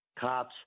Cops